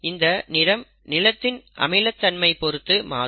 இதன் நிறம் நிலத்தின் அமிலத்தன்மை பொறுத்து மாறும்